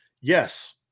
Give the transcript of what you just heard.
Yes